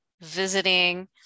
visiting